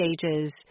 stages